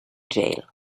jail